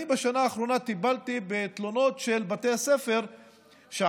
אני בשנה האחרונה טיפלתי בתלונות של בתי ספר שעדיין